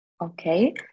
Okay